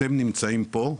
אתם נמצאים פה,